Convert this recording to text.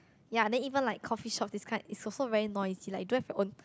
ya then even like coffee shop this kind is also very noisy like don't have your own